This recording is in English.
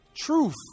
truth